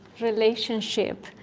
relationship